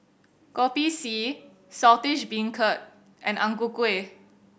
Kopi C Saltish Beancurd and Ang Ku Kueh